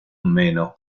menos